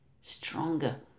stronger